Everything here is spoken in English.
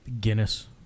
Guinness